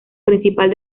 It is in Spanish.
principal